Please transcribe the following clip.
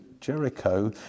Jericho